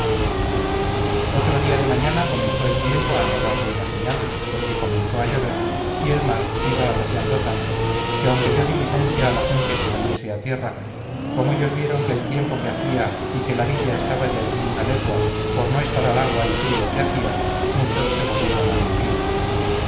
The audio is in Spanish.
otro día de mañana comenzó el tiempo a no dar buena señal porque comenzó a llover y el mar iba arreciando tanto que aunque yo di licencia a la gente que saliese a tierra como ellos vieron el tiempo que hacía y que la villa estaba de allí una legua por no estar al agua y frío que hacía muchos se volvieron al navío